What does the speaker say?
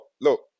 look